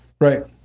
Right